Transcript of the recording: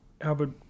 Albert